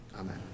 amen